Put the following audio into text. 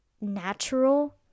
natural